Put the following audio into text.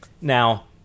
now